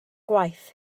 gwaith